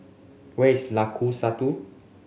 where is Lengkong Satu